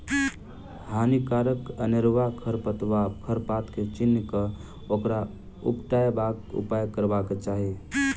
हानिकारक अनेरुआ खर पात के चीन्ह क ओकरा उपटयबाक उपाय करबाक चाही